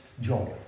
joy